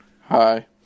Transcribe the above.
hi